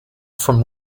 from